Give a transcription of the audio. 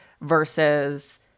versus